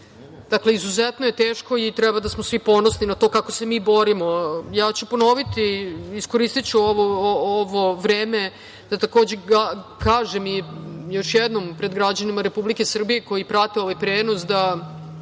Dakle, izuzetno je teško i treba da smo svi ponosni na to kako se mi borimo. Ja ću ponoviti, iskoristiću ovo vreme da takođe kažem i još jednom pred građanima Republike Srbije koji prate ovaj prenos da